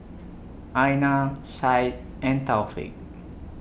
Aina Syed and Taufik